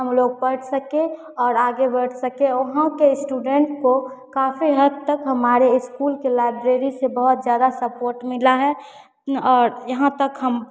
हमलोग पढ़ सकें और आगे बढ़ सकें वहाँ के स्टूडेन्ट को काफ़ी हद तक हमारे स्कूल के लाइब्रेरी से बहुत ज़्यादा सपोर्ट मिला है और यहाँ तक हम